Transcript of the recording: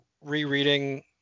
rereading